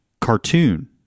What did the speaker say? cartoon